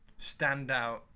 standout